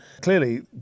clearly